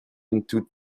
into